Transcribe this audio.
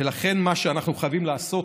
ולכן מה שאנחנו חייבים לעשות,